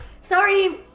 Sorry